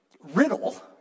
riddle